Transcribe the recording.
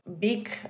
big